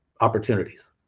opportunities